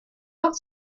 not